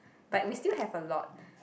but we still have a lot